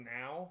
now